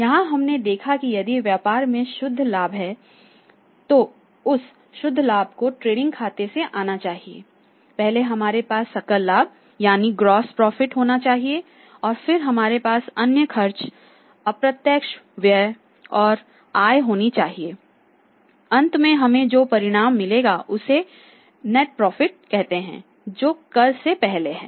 यहां हमने देखा कि यदि व्यापार में शुद्ध लाभ है तो उस शुद्ध लाभ को ट्रेडिंग खाते से आना चाहिए पहले हमारे पास सकल लाभकहते हैं जो कर से पहले है